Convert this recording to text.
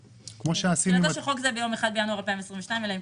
במקום 3% תנכה 2%. זה בדיוק ה-50,000 האלה.